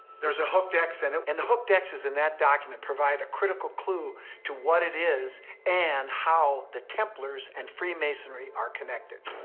there's a hooked x in it. and the hooked x s in that document provide a critical clue to what it is and how the templars and freemasonry are connected.